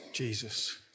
Jesus